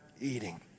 eating